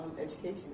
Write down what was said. education